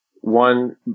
one